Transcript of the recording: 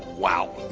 wow.